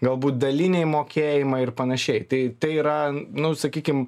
galbūt daliniai mokėjimai ir panašiai tai tai yra nu sakykim